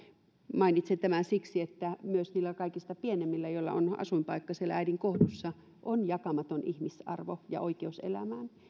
mainitsen tämän siksi että myös niillä kaikista pienimmillä joilla on asuinpaikka siellä äidin kohdussa on jakamaton ihmisarvo ja oikeus elämään